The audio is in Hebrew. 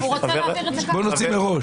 -- אתגר חמש המילים.